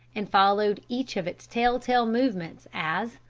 and followed each of its tell-tale movements as,